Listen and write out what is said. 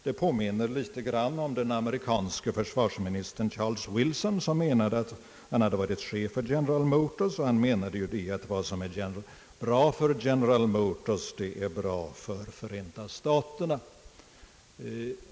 Det påminner litet grand om den amerikanske försvarsministern Charles Wilson, som hade varit chef för General Motors och menade att det som är bra för General Motors är bra för Förenta staterna.